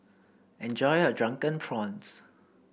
enjoy your Drunken Prawns